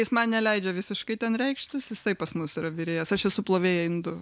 jis man neleidžia visiškai ten reikštis jisai pas mus yra virėjas aš esu plovėja indų